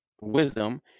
wisdom